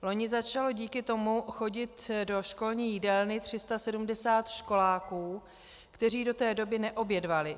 Loni začalo díky tomu chodit do školní jídelny 370 školáků, kteří do té doby neobědvali.